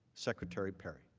secretary perry.